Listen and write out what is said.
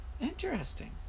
interesting